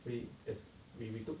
we just we took